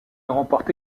remporte